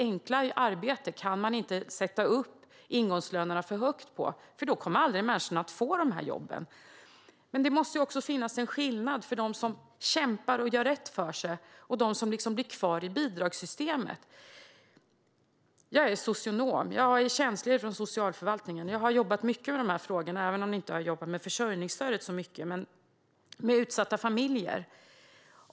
Man kan inte sätta för höga ingångslöner för enklare arbeten, för då kommer aldrig människorna att få de här jobben. Det måste också finnas en skillnad mellan dem som kämpar och gör rätt för sig och dem som blir kvar i bidragssystemet. Jag är socionom och tjänstledig från Socialförvaltningen. Jag har jobbat mycket med de här frågorna. Jag har inte har jobbat så mycket med försörjningsstödet men med utsatta familjer.